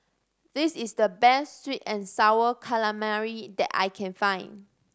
this is the best sweet and Sour Calamari that I can find